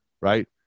right